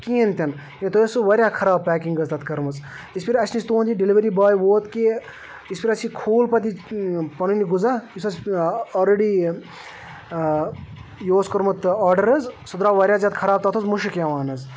کِہیٖنۍ تہِ نہٕ یہِ تۄہہِ اوسو واریاہ خراب پیکِنٛگ حظ تَتھ کٔرمٕژ یتھ پھِرِ اَسہِ نِش تُہُنٛد یہِ ڈِیلؤری باے ووت کہِ یِژھ پھِرِ اَسہِ یہِ کھوٗل پَتہٕ یہِ پَنٕنۍ غذا یُس اَسہِ آلرڈی یہِ اوس کوٚرمُت آرڈر حظ سُہ درٛاو واریاہ زیادٕ خراب تَتھ اوس مُشک یِوان حظ